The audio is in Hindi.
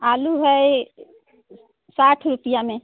आलू है साठ रुपये में